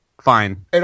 fine